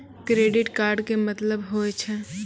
Credit card के मतलब होय छै?